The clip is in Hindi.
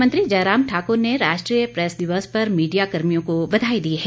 मुख्यमंत्री जयराम ठाकुर ने राष्ट्रीय प्रैस दिवस पर मीडिया कर्मियों को बधाई दी है